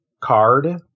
card